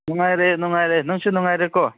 ꯅꯨꯡꯉꯥꯏꯔꯦ ꯅꯨꯡꯉꯥꯏꯔꯦ ꯅꯪꯁꯨ ꯅꯨꯡꯉꯥꯏꯔꯤꯀꯣ